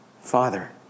Father